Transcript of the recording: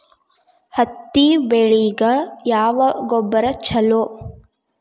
ಹತ್ತಿ ಬೆಳಿಗ ಯಾವ ಗೊಬ್ಬರ ಛಲೋ?